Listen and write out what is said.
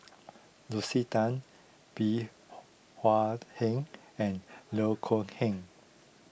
Lucy Tan Bey Hua Heng and Loh Kok Heng